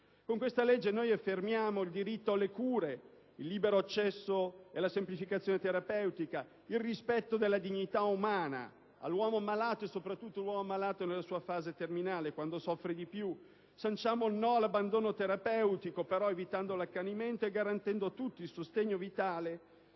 in esame noi affermiamo il diritto alle cure, il libero accesso e la semplificazione terapeutica, il rispetto della dignità umana, dell'uomo malato e, soprattutto, malato nella sua fase terminale, quando soffre di più. Sanciamo il no all'abbandono terapeutico, evitando però l'accanimento e garantendo a tutti il sostegno vitale